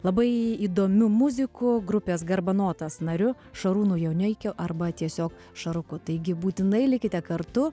labai įdomiu muziku grupės garbanotas nariu šarūnu joneikiu arba tiesiog šaruku taigi būtinai likite kartu